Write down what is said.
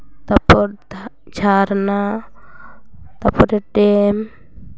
ᱛᱟᱨᱯᱚᱨ ᱡᱷᱟᱨᱱᱟ ᱛᱟᱨᱯᱚᱨᱮ ᱰᱮᱢ